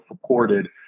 supported